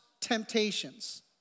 temptations